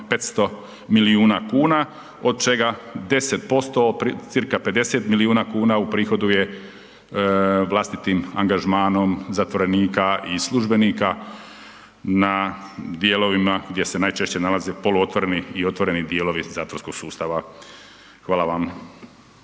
500 milijuna kuna, od čega 10%, cca 50 milijuna kuna uprihoduje vlastitim angažmanom zatvorenika i službenika na dijelovima gdje se najčešće nalazi poluotvoreni i otvoreni dijelovi zatvorskog sustava. Hvala vam.